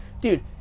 dude